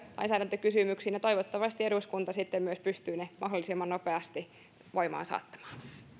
työlainsäädäntökysymyksiin ja toivottavasti eduskunta sitten myös pystyy ne mahdollisimman nopeasti voimaan saattamaan